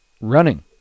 running